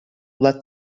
let